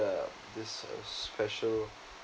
this special